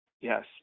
Yes